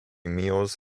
meals